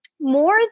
more